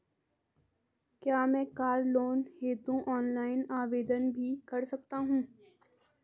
क्या मैं car loan हेतु ऑनलाइन आवेदन भी कर सकता हूँ?